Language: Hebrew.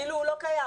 כאילו הוא לא קיים.